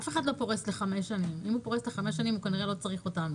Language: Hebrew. אף אחד לא פורס לחמש שנים ואם כן הוא כנראה לא צריך אותנו.